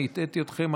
אני הטעיתי אתכם,